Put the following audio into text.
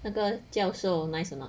那个教授 nice or not